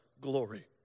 glory